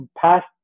past